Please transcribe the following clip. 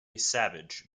savage